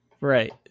Right